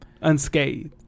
unscathed